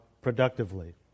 productively